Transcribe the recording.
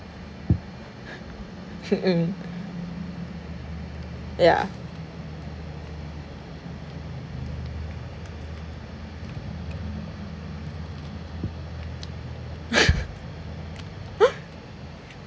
hmm mm yeah